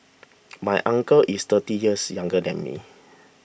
my uncle is thirty years younger than me